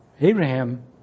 Abraham